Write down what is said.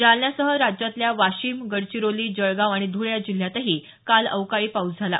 जालनासह राज्यातल्या वाशिम गडचिरोली जळगाव आणि धुळे या जिल्ह्यातही काल अवकाळी पाऊस झाला